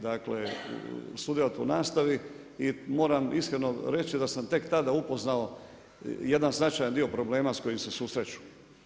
Dakle, sudjelovat u nastavi i moram iskreno reći da sam tek tada upoznao jedan značajan dio problema sa kojim se susreću.